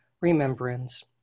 Remembrance